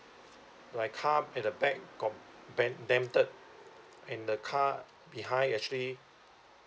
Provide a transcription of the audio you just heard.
my car at the back got bent dented and the car behind actually